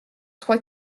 trois